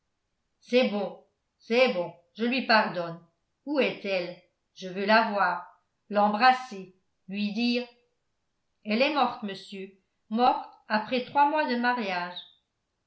c'est bon c'est bon je lui pardonne où est-elle je veux la voir l'embrasser lui dire elle est morte monsieur morte après trois mois de mariage